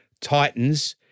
Titans